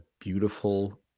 beautiful